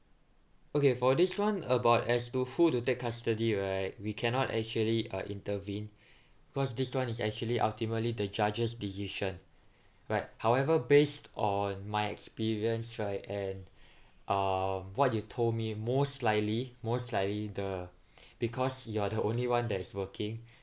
okay for this [one] about as to who to take custody right we cannot actually uh intervene cause this [one] is actually ultimately the judge's decision right however based on my experience right and um what you told me most likely most likely the because you are the only [one] that is working